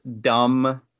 dumb